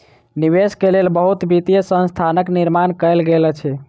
निवेश के लेल बहुत वित्तीय संस्थानक निर्माण कयल गेल अछि